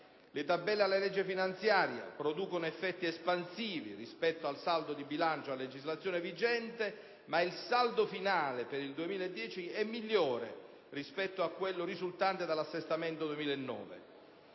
le tabelle alla legge finanziaria producono effetti espansivi rispetto al saldo di bilancio a legislazione vigente, ma il saldo finale per il 2010 è migliore rispetto a quello risultante dall'assestamento 2009: